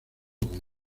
como